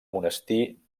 monestir